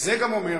וזה גם אומר,